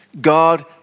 God